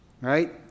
right